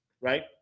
right